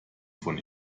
von